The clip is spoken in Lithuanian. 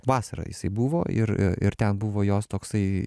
vasarą jisai buvo ir ir ten buvo jos toksai